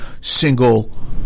single